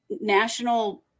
national